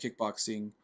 kickboxing